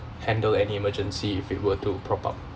handle an emergency if it were to pop up